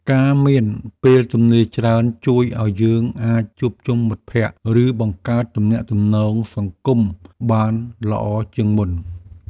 ការមានពេលទំនេរច្រើនជួយឱ្យយើងអាចជួបជុំមិត្តភក្តិ ឬបង្កើតទំនាក់ទំនងសង្គមបានល្អជាងមុន។